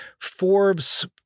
Forbes